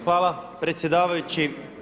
Hvala predsjedavajući.